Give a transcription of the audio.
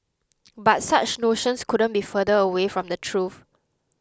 but such notions couldn't be further away from the truth